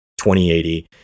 2080